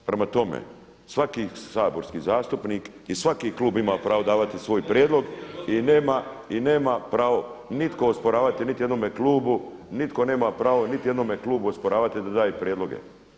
Prema tome, svaki saborski zastupnik i svaki klub ima pravo davati svoj prijedlog i nema pravo nitko osporavati niti jednome klubu, nitko nema pravo niti jednome klubu osporavati da daje prijedloge.